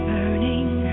Burning